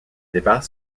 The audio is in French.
débat